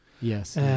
Yes